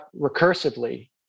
recursively